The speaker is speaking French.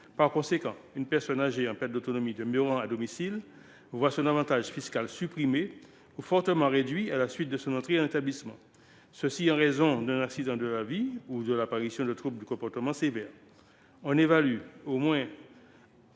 Par conséquent, une personne âgée en perte d’autonomie demeurant à domicile voit son avantage fiscal supprimé ou fortement réduit lorsqu’elle entre en établissement, à la suite d’un accident de la vie ou de l’apparition de troubles du comportement sévères. On évalue à au moins